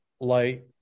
light